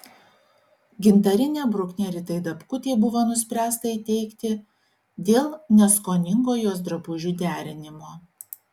gintarinę bruknę ritai dapkutei buvo nuspręsta įteikti dėl neskoningo jos drabužių derinimo